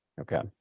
Okay